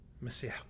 Messiah